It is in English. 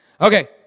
Okay